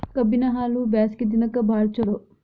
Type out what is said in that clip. ಕಬ್ಬಿನ ಹಾಲು ಬ್ಯಾಸ್ಗಿ ದಿನಕ ಬಾಳ ಚಲೋ